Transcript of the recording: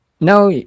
now